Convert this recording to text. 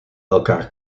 elkaar